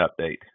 Update